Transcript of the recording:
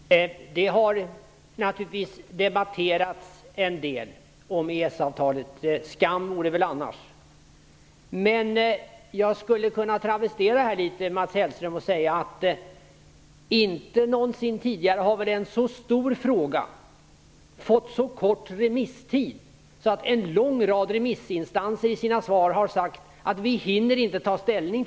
Fru talman! EES-avtalet har naturligtvis debatterats en del - och skam vore det väl annars! Man jag skulle kunna travestera litet här, Mats Hellström, genom att säga: Inte någonsin tidigare har väl en så stor fråga fått så kort remisstid att en lång rad remissinstanser i sina svar måst säga att de inte hinner ta ställning.